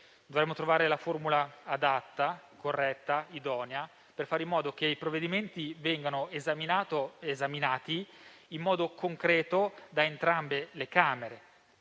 dovremmo trovare la formula adatta, corretta e idonea, per fare in modo che i provvedimenti vengano esaminati in modo concreto da entrambi i rami